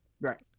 right